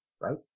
right